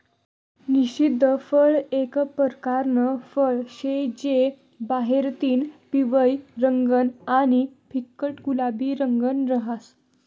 निषिद्ध फळ एक परकारनं फळ शे जे बाहेरतीन पिवयं रंगनं आणि फिक्कट गुलाबी रंगनं रहास